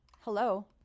Hello